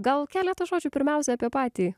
gal keletas žodžių pirmiausia apie patį